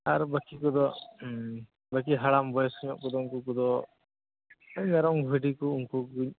ᱟᱨ ᱵᱟᱹᱠᱤ ᱠᱚᱫᱚ ᱵᱟᱹᱠᱤ ᱦᱟᱲᱟᱢ ᱵᱚᱭᱮᱥ ᱧᱚᱜ ᱠᱚᱫᱚ ᱩᱱᱠᱩᱫᱚ ᱢᱮᱨᱚᱢ ᱵᱷᱤᱰᱤ ᱠᱚ ᱩᱱᱠᱩ ᱠᱚᱜᱮ